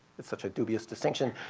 it's such a dubious distinction.